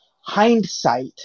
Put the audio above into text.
hindsight